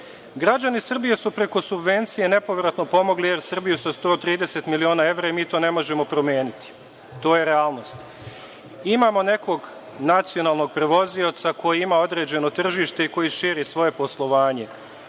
miliona. Građani Srbije su preko subvencija nepovratno pomogli „Er Srbiju“ sa 130 miliona evra i mi to ne možemo promeniti, to je realnost. Imamo nekog nacionalnog prevozioca koji ima određeno tržište i koji širi svoje poslovanje. Pitanje